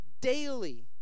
daily